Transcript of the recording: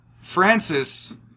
Francis